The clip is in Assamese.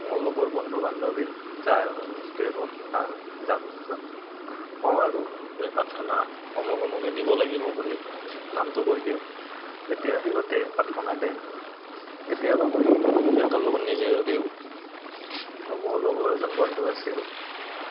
মোৰ লগৰ বন্ধু বান্ধৱী যাৰ যিটোৱে হওক তাৰ যাক কওঁ আৰু যে পাৰ্থনা অমুক অমুকে দিব লাগিব বুলি নামটো কৈ দিওঁ তেতিয়া সিহঁতে পাৰ্থনা দে কেতিয়াবা মই সিহঁতৰ লগত নিজেও দিওঁ আৰু মোৰ লগৰ এজন বন্ধু আছিল